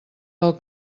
del